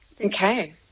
Okay